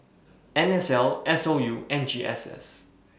NSL SOU and GSS